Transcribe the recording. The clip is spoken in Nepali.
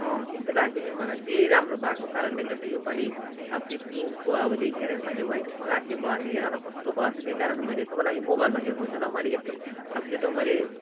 त्यस्तै लाग्यो नि मलाई त्यही राम्रो भएको कारणले गर्दा त्योपाली अब त्यो पिङ्कको अब देखेरै मैले वाइट मगाएको थिएँ भरे त हेर न कस्तो भएछ त्यही कारण म तपाईँलाई मोबाइलमा देखाउँछु ल मैले यस्तो अब त्यो त मैले